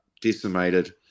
decimated